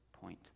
point